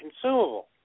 consumable